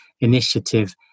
initiative